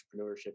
entrepreneurship